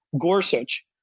Gorsuch